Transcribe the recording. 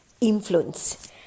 Influence